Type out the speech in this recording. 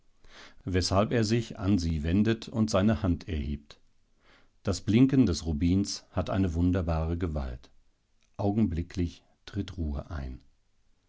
weshalb er sich an sie wendet und seine hand erhebt das blinken des rubins hat eine wunderbare gewalt augenblicklich tritt ruhe ein